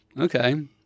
okay